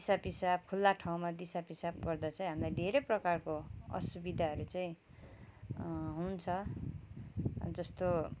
दिसा पिसाब खुल्ला ठाउँमा दिसा पिसाब गर्दा चाहिँ हामीलाई धेरै प्रकारको असुविधाहरू चाहिँ हुन्छ जस्तो